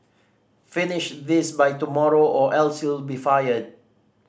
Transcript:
finish this by tomorrow or else you'll be fired